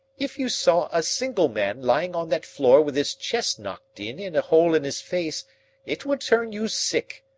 if you saw a single man lying on that floor with his chest knocked in and a hole in his face it would turn you sick.